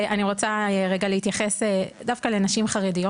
אני רוצה להתייחס דווקא לנשים חרדיות.